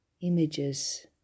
images